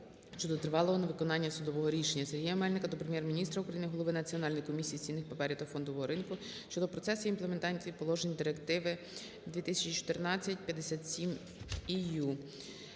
щодо тривалого невиконання судового рішення. Сергія Мельника до Прем'єр-міністра України, голови Національної комісії з цінних паперів та фондового ринку щодо процесу імплементації положень Директиви 2014/57/EU.